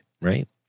right